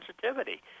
sensitivity